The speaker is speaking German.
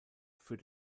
für